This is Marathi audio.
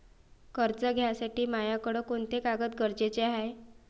कर्ज घ्यासाठी मायाकडं कोंते कागद गरजेचे हाय?